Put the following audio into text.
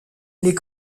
les